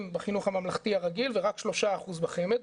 בחינוך הממלכתי הרגיל ורק 3% בחמ"ד.